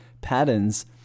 patterns